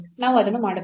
ನಾವು ಅದನ್ನು ಮಾಡಬಹುದು